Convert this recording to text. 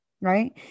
right